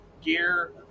gear